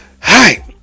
hi